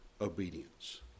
obedience